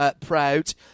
proud